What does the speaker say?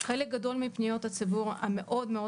חלק גדול מפניות הציבור המאוד מאוד